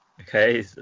Okay